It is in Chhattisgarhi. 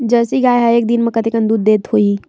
जर्सी गाय ह एक दिन म कतेकन दूध देत होही?